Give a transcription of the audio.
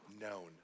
known